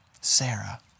Sarah